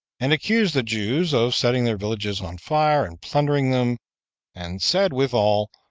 and accused the jews of setting their villages on fire, and plundering them and said withal,